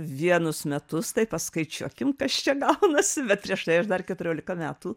vienus metus tai paskaičiuokim kas čia gaunasi bet prieš tai aš dar keturiolika metų